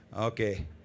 okay